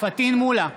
פטין מולא,